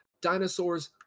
dinosaurs